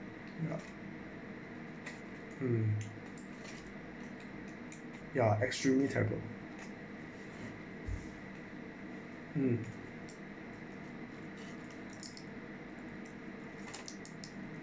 mm ya actually table um